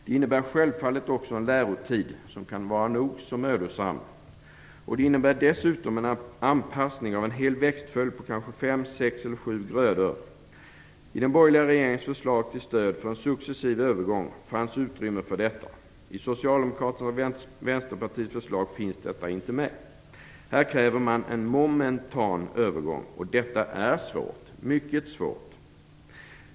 Det innebär självfallet också en lärotid, som kan vara nog så mödosam, och det innebär dessutom en anpassning av en hel växtföljd om kanske fem, sex eller sju grödor. I den borgerliga regeringens förslag till stöd för en successiv övergång fanns utrymme för detta. I Socialdemokraternas och Vänsterpartiets förslag finns det inte med. Här kräver man en momentan övergång, och detta är svårt, mycket svårt.